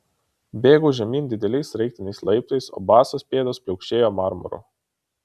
bėgau žemyn dideliais sraigtiniais laiptais o basos pėdos pliaukšėjo marmuru